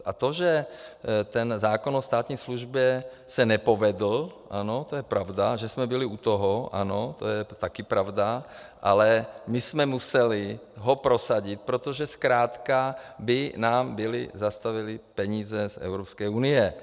A to, že ten zákon o státní službě se nepovedl, ano, to je pravda, že jsme byli u toho, ano, to je taky pravda, ale my jsme ho museli prosadit, protože zkrátka by nám byli zastavili peníze z Evropské unie.